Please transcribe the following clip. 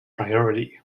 priority